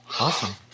Awesome